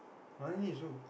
Wani is who